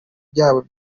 byabo